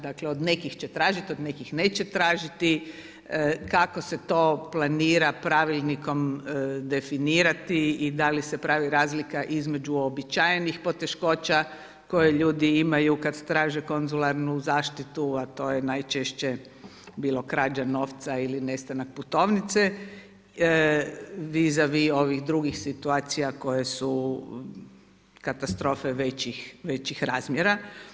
Dakle, od nekih će tražiti, od nekih neće tražiti kako se to planira pravilnikom definirati i da li se pravi razlika između uobičajenih poteškoća koje ljudi imaju kad traže konzularnu zaštitu, a to je najčešće bilo krađa novca ili nestanak putovnice vis a vis ovih drugih situacija koje su katastrofe većih razmjera.